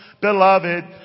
Beloved